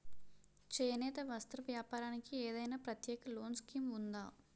చేనేత వస్త్ర వ్యాపారానికి ఏదైనా ప్రత్యేక లోన్ స్కీం ఉందా?